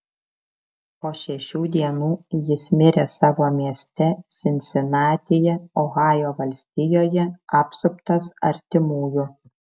po šešių dienų jis mirė savo mieste sinsinatyje ohajo valstijoje apsuptas artimųjų